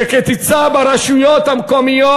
שקיצצה ברשויות המקומיות.